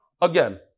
Again